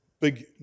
big